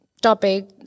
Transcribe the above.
topic